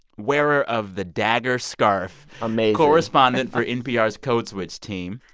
wearer of the dagger scarf. amazing. correspondent for npr's code switch team,